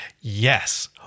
Yes